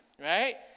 Right